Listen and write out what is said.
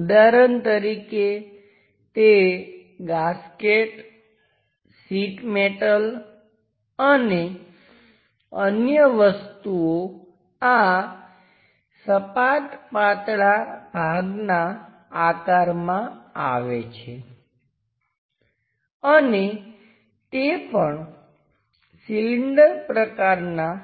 ઉદાહરણ તરીકે તે ગાસ્કેટ શીટ મેટલ અને અન્ય વસ્તુઓ આ સપાટ પાતળા ભાગના આકારમાં આવે છે અને તે પણ સિલિન્ડર પ્રકારનાં